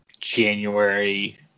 January